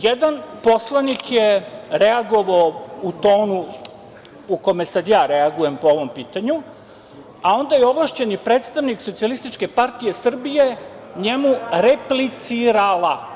Jedan poslanik je reagovao u tonu u kome sada reagujem po ovom pitanju, a onda je ovlašćeni predstavnik SPS njemu replicirala.